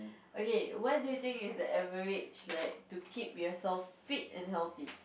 okay what do you think is the average like to keep yourself fit and healthy